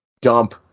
dump